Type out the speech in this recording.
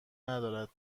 ندارد